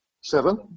Seven